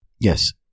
Yes